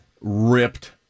Ripped